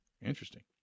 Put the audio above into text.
interesting